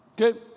Okay